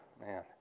man